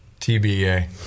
TBA